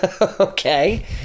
okay